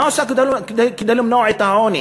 מה היא עושה כדי למנוע את העוני,